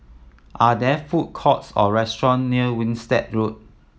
are there food courts or restaurant near Winstedt Road